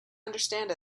understand